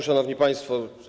Szanowni Państwo!